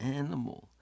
animal